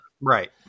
Right